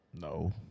No